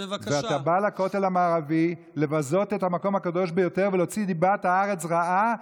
אתה בא לכותל המערבי לבזות את המקום הקדוש ביותר ולהוציא דיבת הארץ רעה,